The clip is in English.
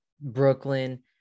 Brooklyn